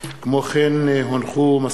בהתאם לסעיף 151 לתקנון הכנסת.